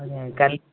ଆଜ୍ଞା କାଲି